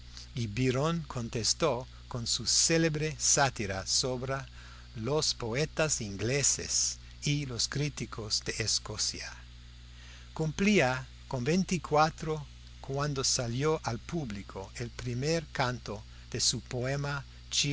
y byron contestó con su célebre sátira sobre los poetas ingleses y los críticos de escocia cumplía los veinticuatro cuando salió al público el primer canto de su poema